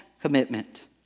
commitment